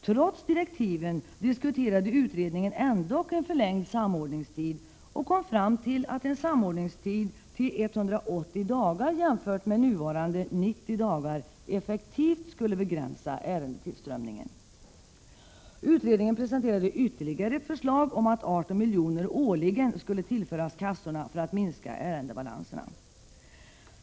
Trots direktiven diskuterade utredningen ändock en förlängd samordningstid och kom fram till att en samordningstid av 180 dagar jämfört med nuvarande 90 dagar effektivt skulle begränsa ärendetillströmningen. Utredningen presenterade ytterligare ett förslag om att 18 milj.kr. årligen skulle tillföras kassorna för att minska ärendebalanserna.